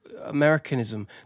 americanism